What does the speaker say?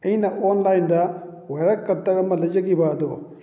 ꯑꯩꯅ ꯑꯣꯟꯂꯥꯏꯟꯗ ꯋꯥꯌꯔ ꯀꯇꯔ ꯑꯃ ꯂꯩꯖꯈꯤꯕ ꯑꯗꯨ